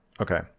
okay